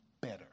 better